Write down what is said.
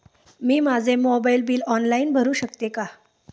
मी माझे mobile bill online भरू शकते का?